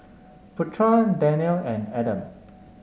Putra Daniel and Adam